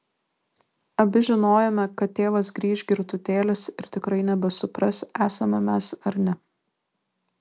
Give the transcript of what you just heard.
abi žinojome kad tėvas grįš girtutėlis ir tikrai nebesupras esame mes ar ne